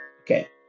Okay